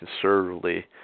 conservatively